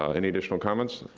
any additional comments?